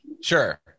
sure